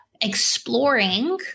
exploring